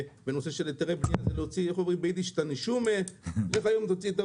ונושא היתרי בנייה זה "להוציא את הנשמה" אם תרצה להוציא היתר